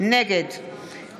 חברי האופוזיציה,